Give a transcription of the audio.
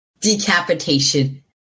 decapitation